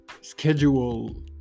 schedule